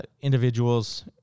individuals